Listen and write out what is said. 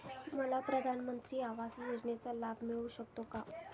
मला प्रधानमंत्री आवास योजनेचा लाभ मिळू शकतो का?